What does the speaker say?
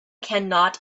cannot